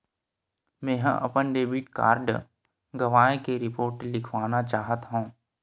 मेंहा अपन debit card गवाए के रिपोर्ट लिखना चाहत हव